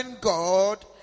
God